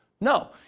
No